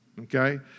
okay